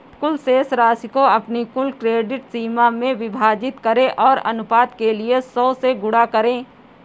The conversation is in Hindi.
कुल शेष राशि को अपनी कुल क्रेडिट सीमा से विभाजित करें और अनुपात के लिए सौ से गुणा करें